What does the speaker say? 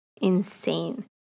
insane